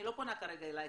אני לא פונה כרגע אלייך,